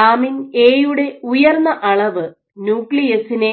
lamin A യുടെ ഉയർന്ന അളവ് ന്യൂക്ലിയസിനെ